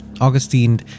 Augustine